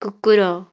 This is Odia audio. କୁକୁର